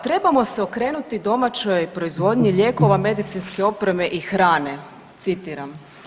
Trebamo se okrenuti domaćoj proizvodnji lijekova, medicinske opreme i hrane“, citiram.